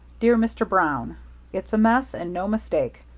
dear mr. brown it's a mess and no mistake.